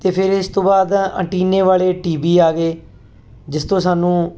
ਤੇ ਫਿਰ ਇਸ ਤੋਂ ਬਾਅਦ ਐਂਟੀਨੇ ਵਾਲੇ ਟੀ ਵੀ ਆ ਗਏ ਜਿਸ ਤੋਂ ਸਾਨੂੰ